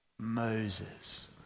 Moses